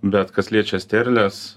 bet kas liečia sterles